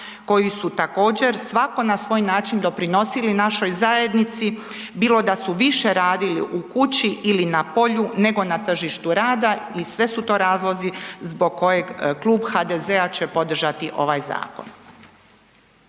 koji su također svako na svoj način doprinosili našoj zajednici, bilo da su više radili u kući ili na polju, nego na tržištu rada i sve su to razlozi zbog kojeg Klub HDZ-a će podržati ovaj zakon.